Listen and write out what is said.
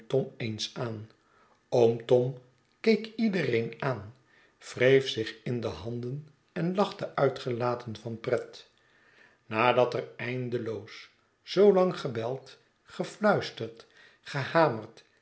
keek iedereen aan wreef zich in de handen en lachte uitgelaten van pret nadat er eindeloos zoolang gebeld gefluisterd gehamerd